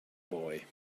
boy